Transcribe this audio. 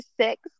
six